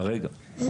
כרגע.